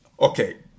Okay